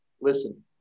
listen